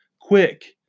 quick